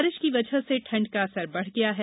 बारिश की वजह से ठण्ड का असर बढ़ गया है